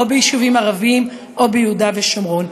ביישובים ערביים או ביהודה ושומרון.